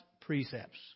precepts